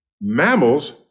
mammals